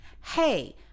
hey